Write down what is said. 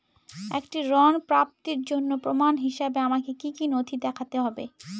একটি ঋণ প্রাপ্তির জন্য প্রমাণ হিসাবে আমাকে কী কী নথি দেখাতে হবে?